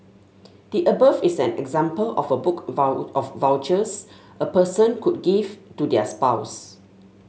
the above is an example of a book of vouchers a person could give to their spouse